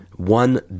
One